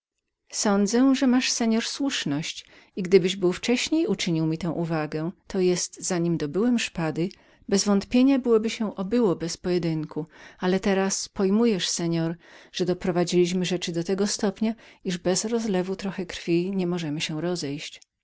sądzę że masz pan słuszność i gdybyś był wcześniej uczynił mi tę uwagę to jest zanim dobyłem szpady bezwątpienia byłoby się obyło bez pojedynku ale teraz pojmujesz pan że doprowadziliśmy rzeczy do tego stopnia że bez rozlewu trochy krwi nie możemy się rozejść